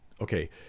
okay